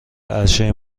عرشه